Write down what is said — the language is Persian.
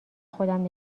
خودم